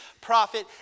prophet